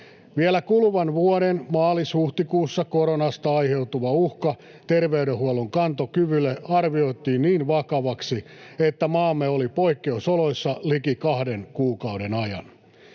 Vielä kuluvan vuoden maalis—huhtikuussa koronasta aiheutuva uhka terveydenhuollon kantokyvylle arvioitiin niin vakavaksi, että maamme oli poikkeusoloissa liki kahden kuukauden ajan.